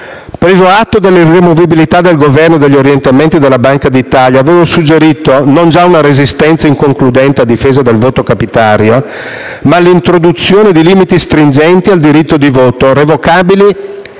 Preso atto dell'irremovibilità del Governo e degli orientamenti della Banca d'Italia, avevo suggerito non già una resistenza inconcludente a difesa del voto capitario, ma l'introduzione di limiti stringenti al diritto di voto, revocabili